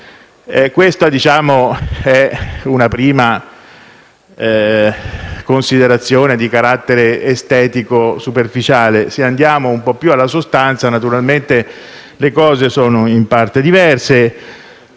Questa è una prima considerazione di carattere estetico superficiale. Se andiamo un po' più alla sostanza, le cose sono in parte diverse.